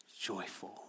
joyful